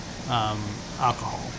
alcohol